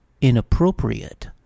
inappropriate